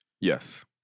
Yes